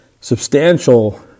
substantial